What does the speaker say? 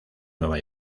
nueva